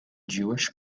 jewish